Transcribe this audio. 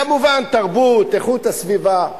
כמובן תרבות, איכות הסביבה.